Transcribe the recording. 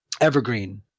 evergreen